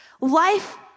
Life